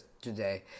today